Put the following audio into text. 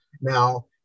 now